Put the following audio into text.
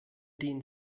den